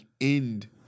end